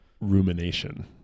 rumination